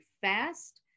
fast